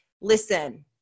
listen